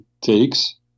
takes